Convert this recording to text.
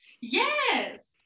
yes